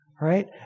right